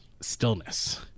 Stillness